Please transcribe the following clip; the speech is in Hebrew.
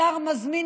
שר מזמין